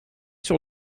sur